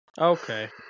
Okay